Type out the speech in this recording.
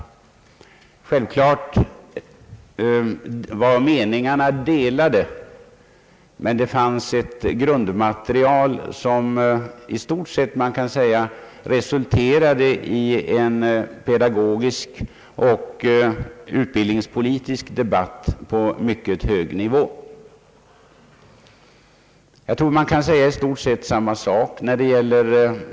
Självfallet rådde det delade meningar, men det fanns ett grundmaterial som i stort sett resulterade i en pedagogisk och utbildningspolitisk debatt på mycket hög nivå.